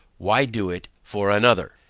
why do it for another?